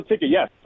Yes